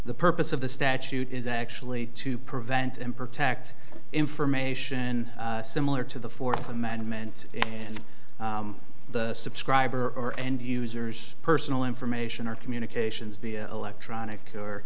the purpose of the statute is actually to prevent and protect information similar to the fourth amendment and the subscriber or end users personal information or communications via electronic